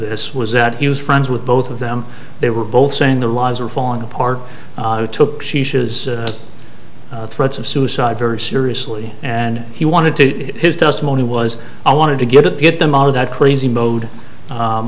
this was that he was friends with both of them they were both saying the laws are falling apart took his threats of suicide very seriously and he wanted to his testimony was i wanted to get at get them out of that crazy mode